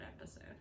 episode